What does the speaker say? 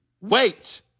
Wait